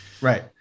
Right